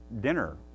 dinner